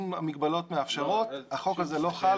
אם המגבלות מאפשרות, החוק הזה לא חל.